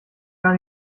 gar